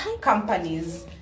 companies